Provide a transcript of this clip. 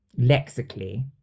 lexically